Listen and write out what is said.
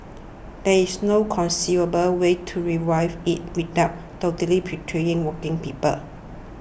there is no conceivable way to revive it without totally betraying working people